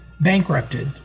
bankrupted